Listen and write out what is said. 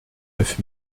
neuf